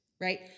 Right